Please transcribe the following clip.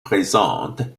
présente